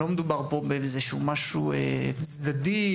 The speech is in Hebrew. לא מדובר באיזה משהו צדדי,